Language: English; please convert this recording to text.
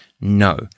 No